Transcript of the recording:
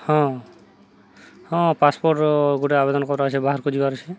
ହଁ ହଁ ପାସ୍ପୋର୍ଟ ଗୋଟେ ଆବେଦନ କରାହେଇଛି ବାହାର କରିବାର ଅଛେ